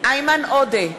איימן עודה,